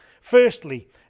Firstly